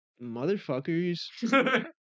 motherfuckers